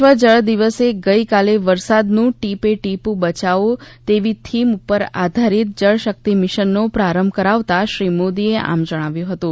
વિશ્વ જળ દિવસે ગઇકાલે વરસાદનું ટીપે ટીપું બયાવો તેવી થીમ ઉપર આધારિત જળ શક્તિ મિશનનો પ્રારંભ કરાવતા શ્રી મોદીએ આમ જણાવ્ય હતું